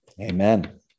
amen